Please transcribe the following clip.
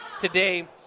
today